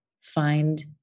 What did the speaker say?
find